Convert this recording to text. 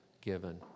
given